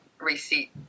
receipt